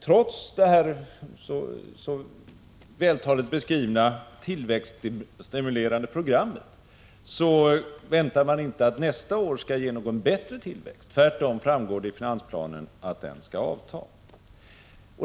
Trots det så vältaligt beskrivna tillväxtstimulerande programmet väntar man inte att nästa år skall ge någon bättre tillväxt. Tvärtom framgår det av finansplanen att den skall avta.